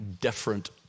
different